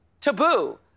taboo